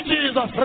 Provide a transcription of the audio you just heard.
Jesus